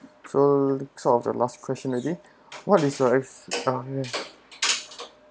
so sort of the last question already so what is your experience